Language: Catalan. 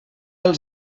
els